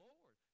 Lord